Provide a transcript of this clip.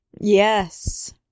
Yes